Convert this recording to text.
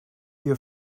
your